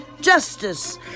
justice